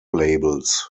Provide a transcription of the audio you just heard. labels